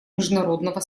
международного